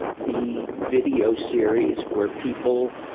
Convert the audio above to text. the video series where people,